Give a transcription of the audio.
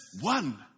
one